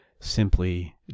simply